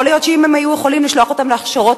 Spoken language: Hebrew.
יכול להיות שאם הם היו יכולים לשלוח אותם להכשרות